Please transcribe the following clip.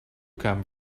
come